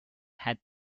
had